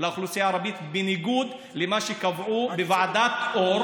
לאוכלוסייה הערבית בניגוד למה שקבעו בוועדת אור,